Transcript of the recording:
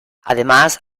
además